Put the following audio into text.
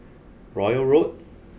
Royal Road